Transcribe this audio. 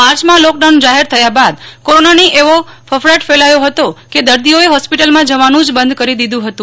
માર્ચમાં લૉકડાઉન જાહેર થયાં બાદ કોરોનાની એવો ફફડાટ ફેલાયો હતો કે દર્દીઓએ હોસ્પિટલમાં જવાનું જ બંધ કરી દીધું હતું